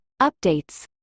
updates